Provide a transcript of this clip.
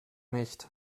nicht